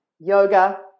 yoga